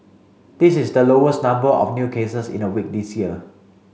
this is the lowest number of new cases in a week this year